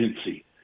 agency